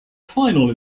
final